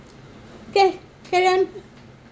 okay carry on